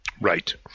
Right